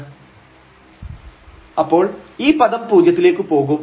lim┬█x→0 y→0 ⁡〖x2y2 cos⁡1√x2y2〗0 f0 0 അപ്പോൾ ഈ പദം പൂജ്യത്തിലേക്ക് പോകും